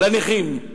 לנכים.